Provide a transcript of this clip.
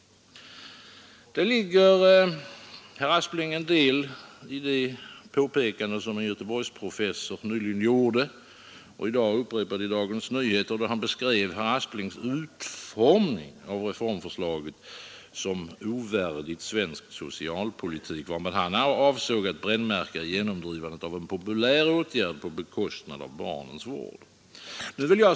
Det ligger, herr Aspling, en del i det påpekande som en Göteborgsprofessor nyligen gjorde och i dag upprepade i Dagens Nyheter då han beskrev herr Asplings utformning av reformförslaget som ovärdig svensk socialpolitik, varmed han avsåg att brännmärka genomdrivandet av en populär åtgärd på bekostnad av barnens vård.